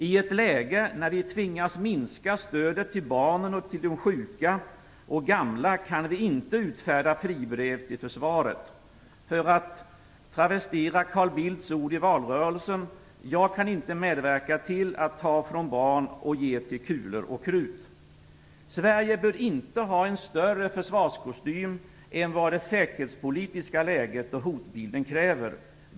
I ett läge då vi tvingas minska stödet till barnen och till de sjuka och gamla kan vi inte utfärda fribrev till försvaret. För att travestera Carl Bildts ord i valrörelsen: Jag kan inte medverka till att ta från barn och ge till kulor och krut. Sverige bör inte ha en större försvarskostym är vad det säkerhetspolitiska läget och hotbilden kräver.